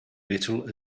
little